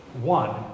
One